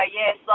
yes